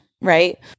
right